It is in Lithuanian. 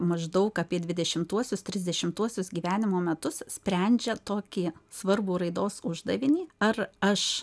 maždaug apie dvidešimtuosius trisdešimtuosius gyvenimo metus sprendžia tokį svarbų raidos uždavinį ar aš